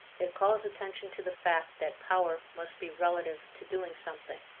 it calls attention to the fact that power must be relative to doing something,